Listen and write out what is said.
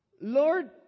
Lord